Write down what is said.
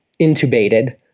intubated